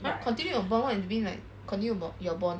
!huh! continue your bond what it mean like continue about your bond